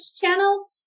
channel